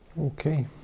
Okay